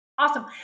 Awesome